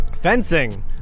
fencing